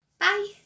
bye